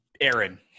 Aaron